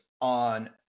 on